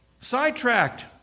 Sidetracked